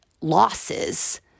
losses